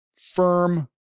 firm